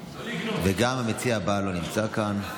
וגם המציע הבא לא נמצא כאן,